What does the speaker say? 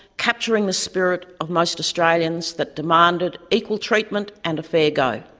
capturing the spirit of most australians that demanded equal treatment and a fair go.